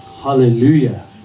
Hallelujah